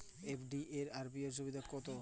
FD এবং RD এর সুবিধা কী?